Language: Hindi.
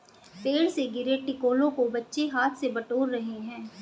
पेड़ से गिरे टिकोलों को बच्चे हाथ से बटोर रहे हैं